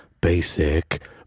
basic